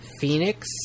Phoenix